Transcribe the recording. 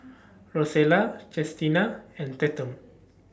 Rosella Chestina and Tatum